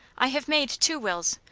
i have made two wills.